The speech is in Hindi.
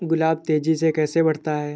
गुलाब तेजी से कैसे बढ़ता है?